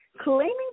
claiming